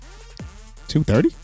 230